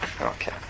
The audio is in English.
Okay